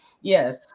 Yes